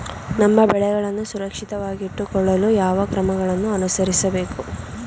ನಮ್ಮ ಬೆಳೆಗಳನ್ನು ಸುರಕ್ಷಿತವಾಗಿಟ್ಟು ಕೊಳ್ಳಲು ಯಾವ ಕ್ರಮಗಳನ್ನು ಅನುಸರಿಸಬೇಕು?